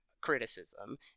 criticism